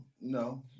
no